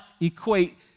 equate